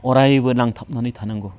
अरायबो नांथाबनानै थानांगौ